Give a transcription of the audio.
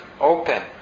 open